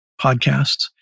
podcasts